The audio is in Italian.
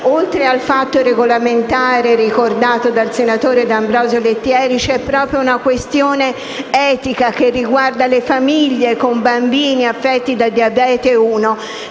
Oltre al fatto regolamentare ricordato dal senatore D'Ambrosio Lettieri, una questione etica riguarda le famiglie con bambini affetti da diabete di